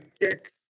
kicks